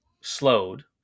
slowed